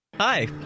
Hi